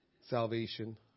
salvation